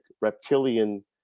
reptilian